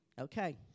Okay